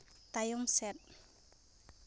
ᱛᱟᱭᱚᱢ ᱥᱮᱫ